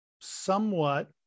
somewhat